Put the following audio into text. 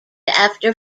after